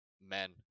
men